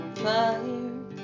fire